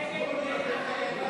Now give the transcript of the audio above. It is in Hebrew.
את הצעת חוק ההסדרים במשק